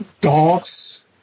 dogs